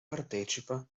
partecipa